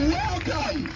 welcome